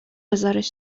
بزارش